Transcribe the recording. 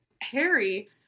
Harry